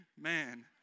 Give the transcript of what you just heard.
man